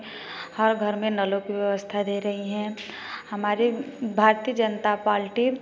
हर घर में नलों की व्यवस्था दे रही हैं हमारी भारतीय जनता पार्टी